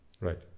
Right